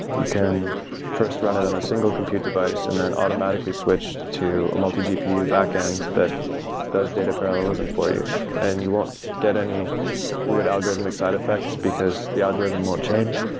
you can first run it on a single compute device and then automatically switch to a multi-gpu back-end that goes data parallelism for you and you won't get any weird algorithmic side effects because the algorithm won't change.